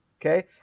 Okay